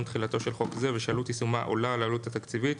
תחילתו של חוק זה ושעלות יישומה עולה על העלות התקציבית,